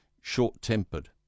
short-tempered